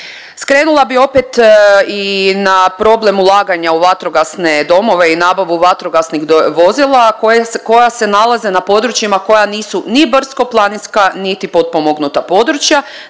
Skrenula bi opet i na problem ulaganja u vatrogasne domove i nabavu vatrogasnih vozila koja se nalaze na područjima koja nisu ni brdsko-planinska, niti potpomognuta područja,